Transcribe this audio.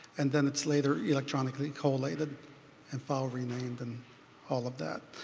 and then it's later electronically collated and file renamed and all of that.